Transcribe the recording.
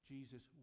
Jesus